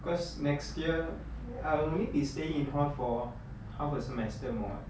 because next year I only be staying in hall for half a semester more [what]